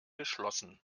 geschlossen